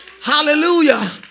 Hallelujah